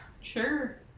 sure